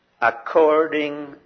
According